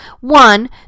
One